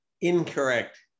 Incorrect